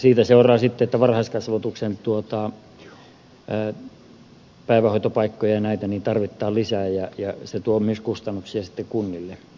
siitä seuraa että varhaiskasvatuksen päivähoitopaikkoja tarvitaan lisää ja se tuo myös sitten kustannuksia kunnille